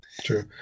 true